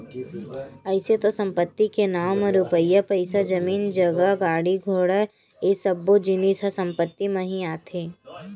अइसे तो संपत्ति के नांव म रुपया पइसा, जमीन जगा, गाड़ी घोड़ा ये सब्बो जिनिस ह संपत्ति म ही आथे